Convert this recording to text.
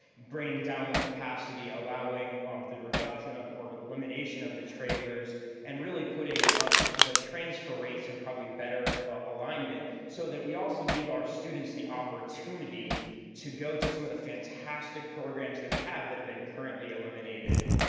bringing down the capacity, allowing um the reduction of or the elimination of the trailers and really putting up the transfer rates and probably better alignment so that we also give our students the opportunity to go to some of the fantastic programs that we have that have been currently eliminated.